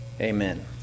Amen